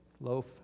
loaf